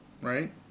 right